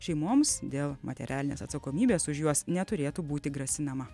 šeimoms dėl materialinės atsakomybės už juos neturėtų būti grasinama